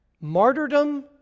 martyrdom